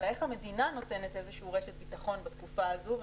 אלא איך המדינה נותנת רשת ביטחון בתקופה הזאת,